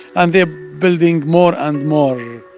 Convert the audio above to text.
and they're building more and more